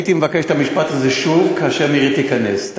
הייתי מבקש את המשפט הזה שוב כאשר מירי תיכנס.